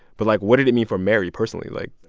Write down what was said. but, like, what did it mean for mary personally? like.